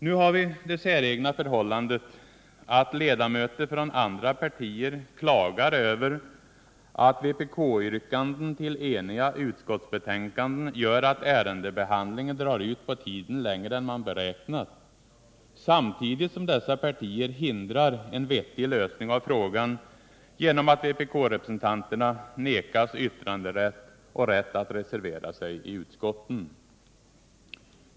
Nu har vi det säregna förhållandet att ledamöter från andra partier klagar över att vpk-yrkanden till enhälliga utskottsbetänkanden gör att ärendebehandlingen i kammaren drar ut på tiden längre än man beräknat, samtidigt som dessa partier hindrar en vettig lösning av frågan genom att vpkrepresentanterna nekas yttranderätt och rätt att reservera sig i utskotten.